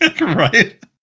Right